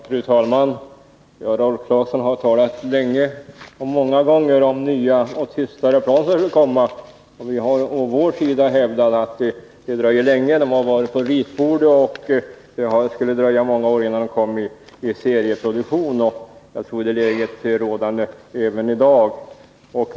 Fru talman! Rolf Clarkson har talat många gånger om nya tystare plan som skall komma. Vi har från vår sida hävdat att det dröjer länge. De har funnits på ritbordet, men det dröjer många år innan de kommer i serieproduktion.